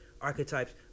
archetypes